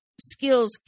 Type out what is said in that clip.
skills